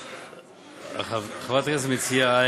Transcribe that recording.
חברת הכנסת המציעה,